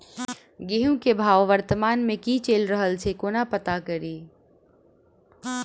गेंहूँ केँ भाव वर्तमान मे की चैल रहल छै कोना पत्ता कड़ी?